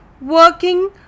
working